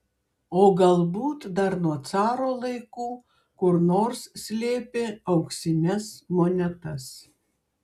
o galbūt dar nuo caro laikų kur nors slėpė auksines monetas